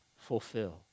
fulfill